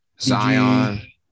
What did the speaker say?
Zion